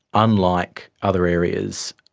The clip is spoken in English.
unlike other areas,